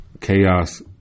chaos